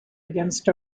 against